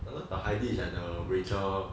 heidi was like the rachel